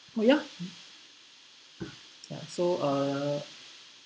oh ya ya so uh